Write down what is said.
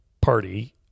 party